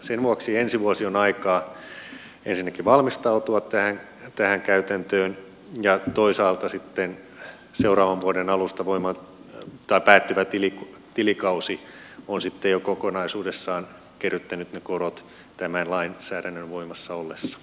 sen vuoksi ensi vuosi on aikaa ensinnäkin valmistautua tähän käytäntöön ja toisaalta sitten seuraavan vuoden alussa päättyvä tilikausi on sitten jo kokonaisuudessaan kerryttänyt ne korot tämän lainsäädännön voimassa ollessa